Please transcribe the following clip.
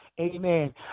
Amen